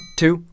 two